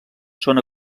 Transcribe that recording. són